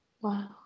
Wow